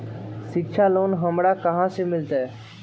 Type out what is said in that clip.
शिक्षा लोन हमरा कहाँ से मिलतै?